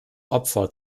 opfer